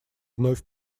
вновь